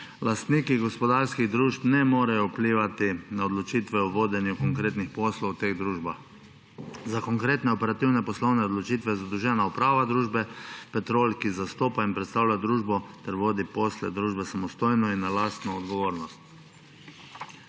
lastniki gospodarskih družb ne morejo vplivati na odločitve o vodenju konkretnih poslov v teh družbah. Za konkretne operativne poslovne odločitve je zadolžena uprava družbe Petrol, ki zastopa in predstavlja družbo ter vodi posle družbe samostojno in na lastno odgovornost.